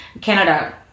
canada